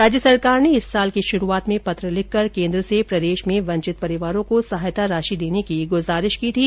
राज्य सरकार ने इस साल की शुरूआत में पत्र लिखकर केन्द्र से प्रदेश में वंचित परिवारों को सहायता राशि देने की गुजारिश की थी